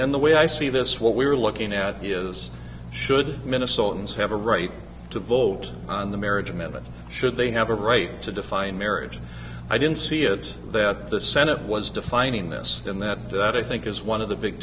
the way i see this what we're looking at is should minnesotans have a right to vote on the marriage amendment should they have a right to define marriage i didn't see it that the senate was defining this and that that i think is one of the big